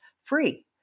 free